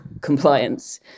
compliance